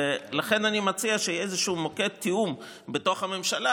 לכן אני מציע שיהיה איזשהו מוקד תיאום בתוך הממשלה,